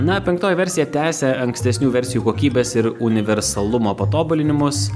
na penktoji versija tęsia ankstesnių versijų kokybės ir universalumo patobulinimus